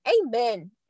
Amen